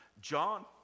John